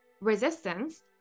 resistance